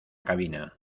cabina